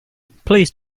please